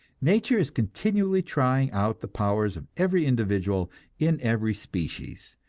nature is continually trying out the powers of every individual in every species,